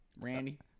Randy